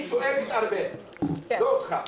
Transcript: אני שואל את ארבל, לא אותך.